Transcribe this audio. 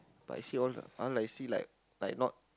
but I see all all I see like like not